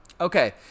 Okay